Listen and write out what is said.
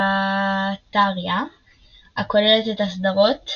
Ceriantipatharia הכוללת את הסדרות